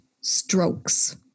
strokes